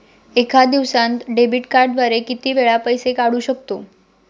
एका दिवसांत डेबिट कार्डद्वारे किती वेळा पैसे काढू शकतो?